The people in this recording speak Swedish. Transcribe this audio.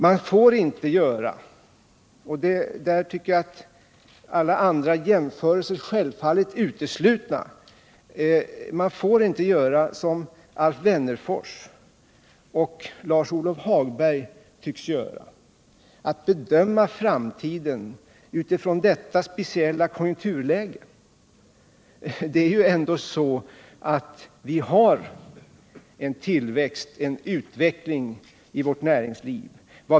Man får inte — och där tycker jag att alla andra jämförelser självfallet är uteslutna — som Alf Wennerfors och Lars-Ove Hagberg tycks göra bedöma framtiden med utgångspunkt i nuvarande speciella konjunkturläge. Vi har ändå en tillväxt och en utveckling i vårt näringsliv.